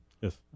yes